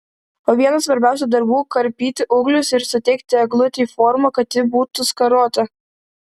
o vienas svarbiausių darbų karpyti ūglius ir suteikti eglutei formą kad ji būtų skarota